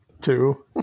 Two